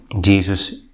Jesus